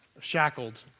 shackled